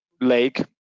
lake